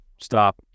stop